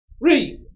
Read